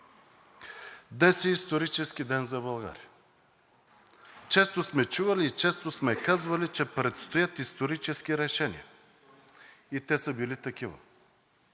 Днес е исторически ден за България. Често сме чували и често сме казвали, че предстоят исторически решения, и те са били такива.